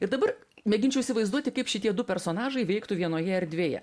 ir dabar mėginčiau įsivaizduoti kaip šitie du personažai veiktų vienoje erdvėje